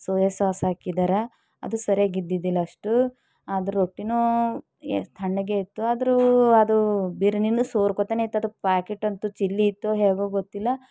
soya sauce ಹಾಕಿದ್ದಾರಾ ಅದೂ ಸರಿಯಾಗಿದ್ದಿದ್ದಿಲ್ಲ ಅಷ್ಟು ಆದರೆ ರೊಟ್ಟಿಯೂ ತಣ್ಣಗೆ ಇತ್ತು ಆದರೂ ಅದು ಬಿರ್ಯಾನೀನೂ ಸೊರ್ಕೋತಾನೇ ಇತ್ತು ಅದು ಪ್ಯಾಕೇಟಂತೂ ಚಿಲ್ಲಿ ಇತ್ತೋ ಹೇಗೋ ಗೊತ್ತಿಲ್ಲ